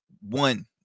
one